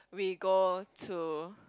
we go to